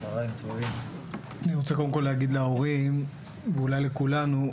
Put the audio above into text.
אני רוצה קודם כל להגיד להורים ואולי לכולנו,